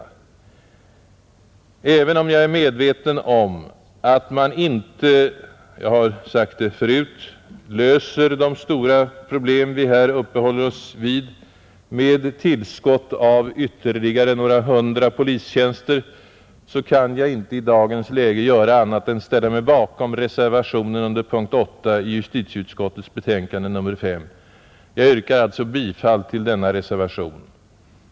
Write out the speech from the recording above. Även om jag är medveten om att man inte — jag har sagt det förut — löser de stora problem vi här uppehåller oss vid enbart med tillskott av ytterligare några hundra polistjänster, kan jag i dagens läge inte göra annat än ställa mig bakom reservationen under punkten 8 i justitieutskottets betänkande nr 5. Jag yrkar alltså bifall till denna reservation.